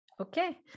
Okay